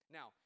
Now